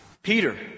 Peter